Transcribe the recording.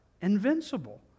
invincible